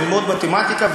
ללמוד מתמטיקה,